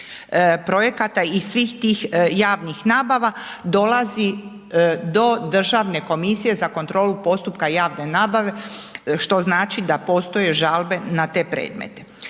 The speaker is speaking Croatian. projekata i svih tih javnih nabava dolazi do Državne komisije za kontrolu postupka javne nabave što znači da postoje žalbe na te predmete.